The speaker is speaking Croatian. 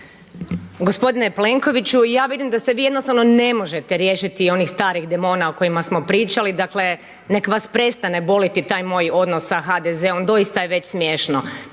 Gospodine Plenkoviću, ja vidim da se vi jednostavno ne možete riješiti onih starih demona o kojima smo pričali, dakle nek vas prestane boliti taj moj odnos sa HDZ-om, doista je već smiješno.